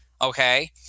Okay